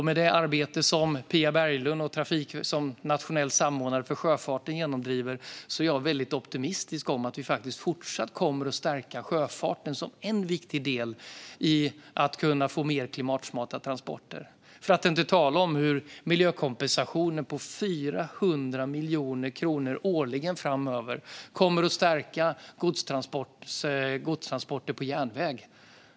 Med det arbete som Pia Berglund, nationell samordnare för sjöfarten, genomdriver är jag optimistisk om att vi även i fortsättningen kommer att stärka sjöfarten som en viktig del i att få mer klimatsmarta transporter. För att inte tala om hur miljökompensationen på 400 miljoner kronor årligen framöver kommer att stärka godstransporter på järnväg.